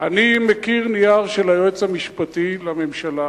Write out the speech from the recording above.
אני מכיר נייר של היועץ המשפטי לממשלה,